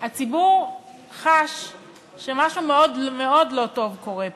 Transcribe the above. הציבור חש שמשהו מאוד לא טוב קורה פה.